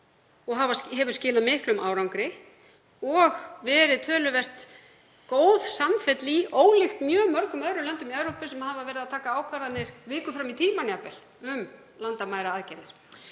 og hefur skilað miklum árangri og verið töluvert góð samfella í ólíkt mjög mörgum öðrum löndum í Evrópu sem hafa verið að taka ákvarðanir viku fram í tímann jafnvel um landamæraaðgerðir.